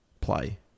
play